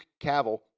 Cavill